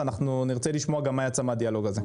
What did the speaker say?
ואנחנו נרצה לשמוע גם מה יצא מהדיאלוג הזה.